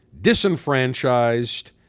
disenfranchised